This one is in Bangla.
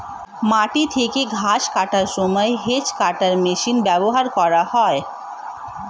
মাটি থেকে ঘাস কাটার সময় হেজ্ কাটার মেশিন ব্যবহার করা হয়